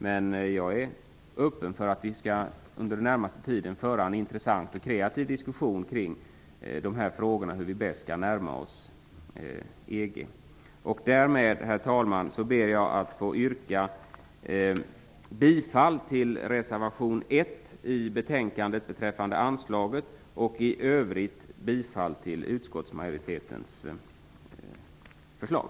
Men jag är öppen för att vi skall under den närmaste tiden föra en intressant och kreativ diskussion kring frågorna om hur vi bäst skall närma oss EG. Därmed, herr talman, ber jag att få yrka bifall till reservation 1 beträffande anslaget och i övrigt bifall till utskottsmajoritetens förslag.